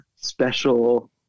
special